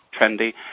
trendy